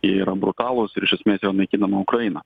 jie yra brutalūs ir iš esmės yra naikinama ukraina